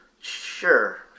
Sure